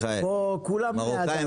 בבקשה.